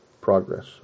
progress